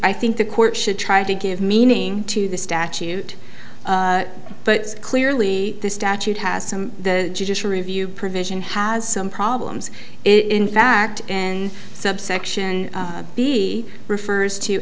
i think the court should try to give meaning to the statute but clearly this statute has some the judicial review provision has some problems in fact and subsection b refers to